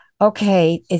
okay